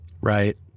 right